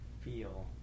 feel